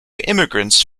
immigrants